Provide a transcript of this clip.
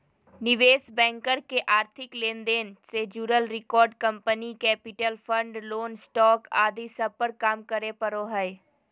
निवेश बैंकर के आर्थिक लेन देन से जुड़ल record, company capital, fund, loan, stock आदि सब पर काम करे पड़ो हय